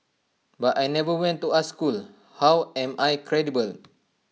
but I never went to art school how am I credible